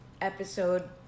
episode